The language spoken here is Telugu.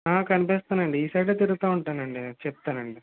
కనిపిస్తానండి ఈ సైడే తిరుగుతూ ఉంటానండి చెప్తానండి